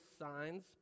signs